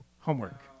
Homework